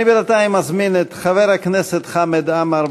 אני בינתיים מזמין את חבר הכנסת חמד עמאר,